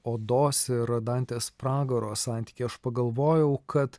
odos ir dantės pragaro santykį aš pagalvojau kad